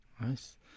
Nice